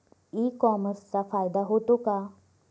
E कॉमर्सचा फायदा होतो का?